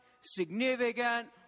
significant